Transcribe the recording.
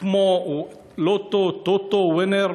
כמו "לוטו", "טוטו", "ווינר",